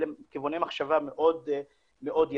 אלה כיווני מחשבה מאוד יפים.